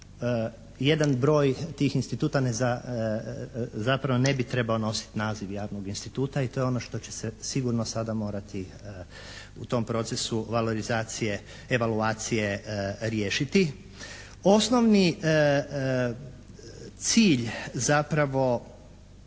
Jedan broj tih instituta zapravo ne bi trebao nositi naziv javnog instituta i to je ono što će se sigurno sada morati u tom procesu valorizacije evaluacije riješiti. Osnovni cilj zapravo